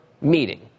meeting